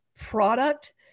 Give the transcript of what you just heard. product